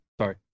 sorry